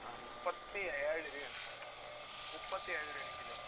ആ മുപ്പത്തിയേഴ് രൂപയാണ് മുപ്പത്തിയേഴ് രൂപയാണ് ഒരു കിലോ